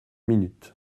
minutes